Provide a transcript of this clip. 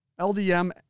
LDM